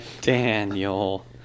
Daniel